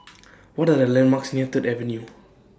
What Are The landmarks near Third Avenue